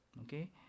okay